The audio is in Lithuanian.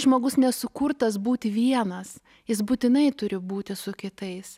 žmogus nesukurtas būti vienas jis būtinai turi būti su kitais